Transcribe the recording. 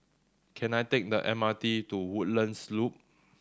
can I take the M R T to Woodlands Loop